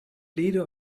leader